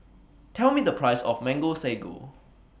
Tell Me The Price of Mango Sago